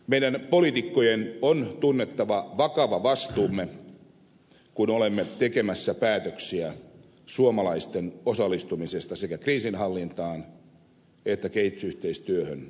meidän poliitikkojen on tunnettava vakava vastuumme kun olemme tekemässä päätöksiä suomalaisten osallistumisesta sekä kriisinhallintaan että kehitysyhteistyöhön afganistanissa